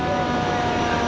um